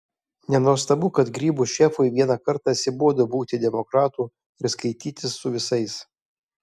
nenuostabu kad grybų šefui vieną kartą atsibodo būti demokratu ir skaitytis su visais